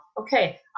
okay